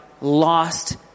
lost